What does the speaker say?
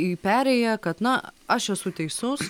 į perėją kad na aš esu teisus